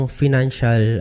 financial